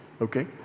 okay